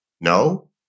No